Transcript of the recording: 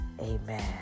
amen